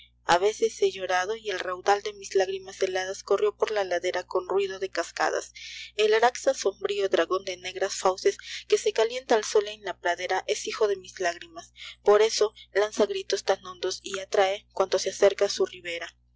frente a veces he llorado y el raudal de mís lágrimas heladas corrió por la ladera con ruido de cascadas el araxa sombrío dragon de negras fauces que se calienta al sol en la pradera es hijo de mis lágrimas por eso lanza gritos tan hondos yatrae cuanto se acerca á su ribera